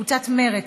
קבוצת סיעת מרצ,